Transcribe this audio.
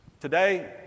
Today